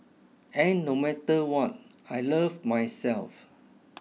and no matter what I love myself